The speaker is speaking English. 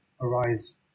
arise